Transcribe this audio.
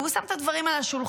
כי הוא שם את הדברים על השולחן,